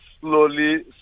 slowly